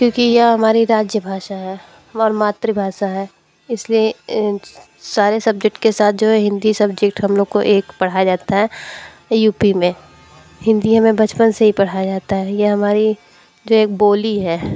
क्योंकि यह हमारे एक राज्य भाषा है और मातृभाषा है इसलिए ये सारे सब्जेक्ट के साथ जो हिंदी सब्जेक्ट हम लोग को एक पढ़ाया जाता है यू पी में हिंदी में बचपन से ही पढ़ाया जाता है ये हमारी जो एक बोली है